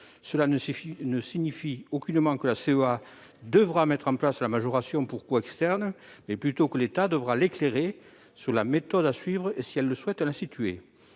Cela signifie non pas que la CEA devra mettre en place la majoration pour coûts externes, mais bien plutôt que l'État devra l'éclairer sur la méthode à suivre, si elle souhaite l'instituer.